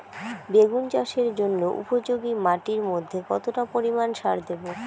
বেগুন চাষের জন্য উপযোগী মাটির মধ্যে কতটা পরিমান সার দেব?